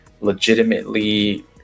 legitimately